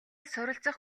суралцах